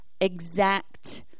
exact